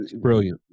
brilliant